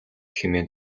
хэмээн